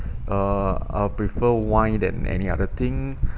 uh I prefer wine than any other thing